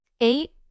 Eight